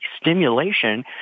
stimulation